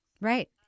Right